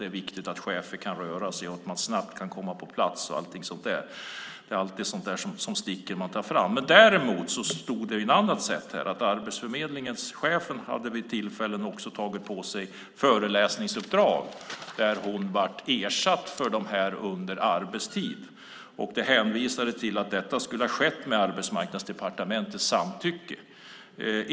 Det är viktigt att chefer kan röra sig och snabbt komma på plats. Däremot har det kommit fram att Arbetsförmedlingens chef vid tillfällen också har tagit på sig föreläsningsuppdrag. Hon har blivit ersatt för föredrag under arbetstid. Det hänvisas till att det har skett med Arbetsmarknadsdepartementets samtycke.